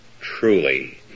truly